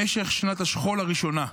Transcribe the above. במשך שנת השכול הראשונה,